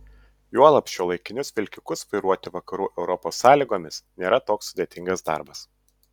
juolab šiuolaikinius vilkikus vairuoti vakarų europos sąlygomis nėra toks sudėtingas darbas